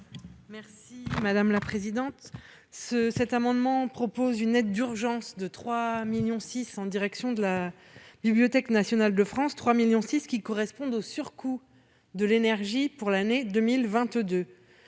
Merci madame la présidente. Ce cet amendement propose une aide d'urgence de 3 millions six en direction de la Bibliothèque nationale de France 3 millions six qui correspondent au surcoût de l'énergie pour l'année 2022,